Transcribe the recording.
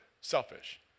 selfish